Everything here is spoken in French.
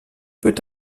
peut